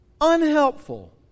unhelpful